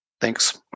Thanks